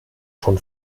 schon